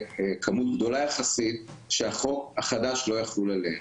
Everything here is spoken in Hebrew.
כמות גדולה יחסית, שהחוק החדש לא יחול עליהם.